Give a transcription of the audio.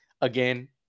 Again